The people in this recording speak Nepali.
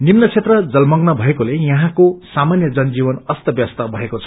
निम्न क्षेत्र जलमग्न भएकोले यहाँको सामान्य जनजीवन अस्त व्यस्त भएको छ